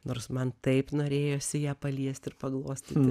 nors man taip norėjosi ją paliest ir paglostyti